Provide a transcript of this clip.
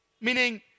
Meaning